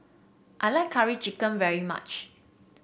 I like Curry Chicken very much